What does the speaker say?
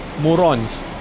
Morons